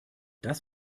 das